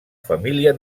família